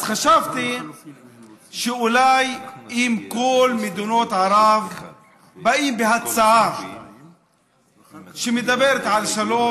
אז חשבתי שאולי אם כל מדינות ערב באות בהצעה שמדברת על שלום,